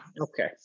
okay